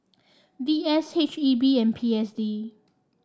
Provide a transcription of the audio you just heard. V S H E B and P S D